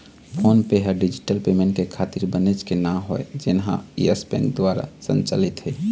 phone पे ह digital payment के खातिर बनेच के नांव हवय जेनहा यस बेंक दुवार संचालित हे